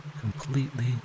completely